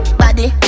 body